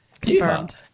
Confirmed